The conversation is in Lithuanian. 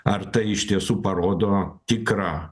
ar tai iš tiesų parodo tikrą